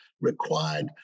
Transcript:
required